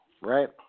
right